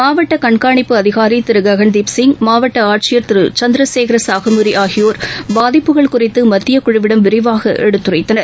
மாவட்ட கண்காணிப்பு அதிகாரி திரு ககன்தீப் சிங் மாவட்ட ஆட்சியர் திரு சந்திர சேகர சாக மூரி ஆகியோர் பாதிப்புகள் குறித்து மத்திய குழுவிடம் விரிவாக எடுத்துரைத்தனர்